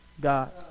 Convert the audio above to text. God